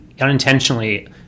unintentionally